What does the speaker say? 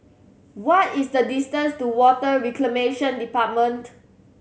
what is the distance to Water Reclamation Department